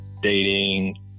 dating